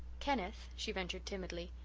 kenneth, she ventured timidly,